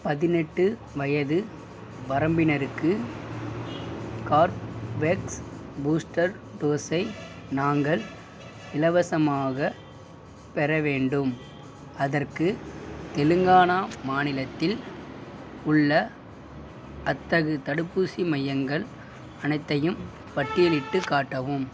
பதினெட்டு வயது வரம்பினருக்கு கார்வேக்ஸ் பூஸ்டர் டோஸை நாங்கள் இலவசமாகப் பெற வேண்டும் அதற்கு தெலுங்கானா மாநிலத்தில் உள்ள அத்தகு தடுப்பூசி மையங்கள் அனைத்தையும் பட்டியலிட்டுக் காட்டவும்